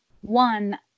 one